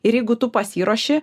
ir jeigu tu pasiruoši